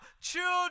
children